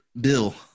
Bill